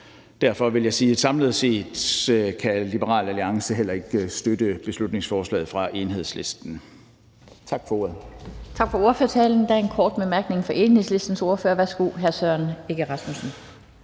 derfor vil jeg sige, at samlet set kan Liberal Alliance heller ikke støtte beslutningsforslaget fra Enhedslisten. Tak for ordet. Kl. 13:12 Den fg. formand (Annette Lind): Tak for ordførertalen. Der er en kort bemærkning fra Enhedslistens ordfører. Værsgo, hr. Søren Egge Rasmussen.